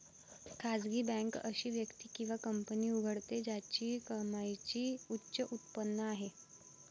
खासगी बँक अशी व्यक्ती किंवा कंपनी उघडते ज्याची कमाईची उच्च उत्पन्न आहे